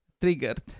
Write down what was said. triggered